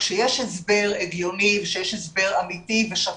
כשיש הסבר הגיוני וכשיש הסבר אמיתי ושקוף,